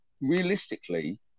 realistically